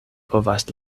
povas